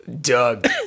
Doug